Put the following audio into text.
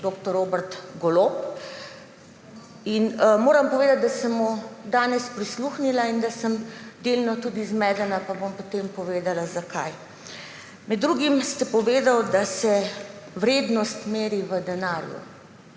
dr. Robert Golob. Moram povedati, da sem mu danes prisluhnila in da sem delno zmedena. Pa bom potem povedala, zakaj. Med drugim ste povedali, da se vrednost meri v denarju.